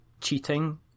cheating